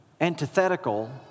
antithetical